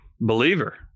believer